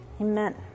Amen